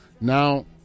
Now